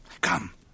Come